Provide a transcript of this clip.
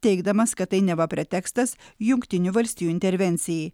teigdamas kad tai neva pretekstas jungtinių valstijų intervencijai